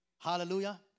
Hallelujah